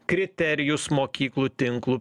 kriterijus mokyklų tinklų